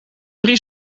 drie